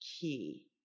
key